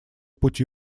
пути